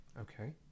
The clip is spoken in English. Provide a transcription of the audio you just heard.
okay